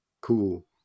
cool